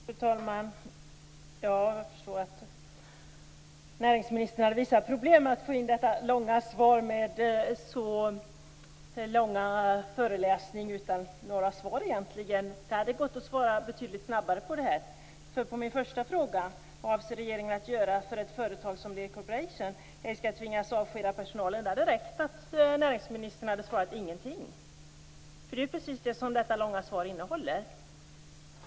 Fru talman! Jag förstår att näringsministern har haft problem med att hinna med detta långa svar. Det var ju en lång föreläsning utan några svar. Det hade gått att svara betydligt snabbare. Min första fråga var vad regeringen avser att göra för att ett företag som Lear Corporation inte skall tvingas avskeda personal. Det hade räckt att näringsministern hade svarat: "Ingenting." Det är precis det detta långa svar innehåller.